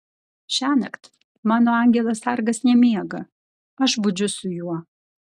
šiąnakt mano angelas sargas nemiega aš budžiu su juo